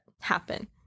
happen